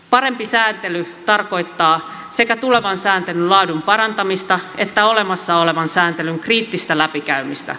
parempi sääntely tarkoittaa sekä tulevan sääntelyn laadun parantamista että olemassa olevan sääntelyn kriittistä läpikäymistä